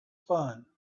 fun